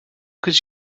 could